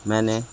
मैंने